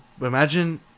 imagine